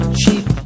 cheap